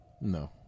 No